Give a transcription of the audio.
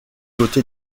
côté